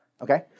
Okay